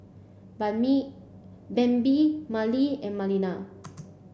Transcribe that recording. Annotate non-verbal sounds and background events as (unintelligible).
(unintelligible) Bambi Merle and Melina